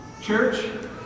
Church